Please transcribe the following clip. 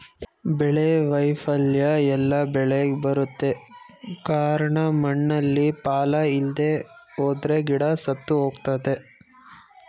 ಬೆಳೆ ವೈಫಲ್ಯ ಎಲ್ಲ ಬೆಳೆಗ್ ಬರುತ್ತೆ ಕಾರ್ಣ ಮಣ್ಣಲ್ಲಿ ಪಾಲ ಇಲ್ದೆಹೋದ್ರೆ ಗಿಡ ಸತ್ತುಹೋಗ್ತವೆ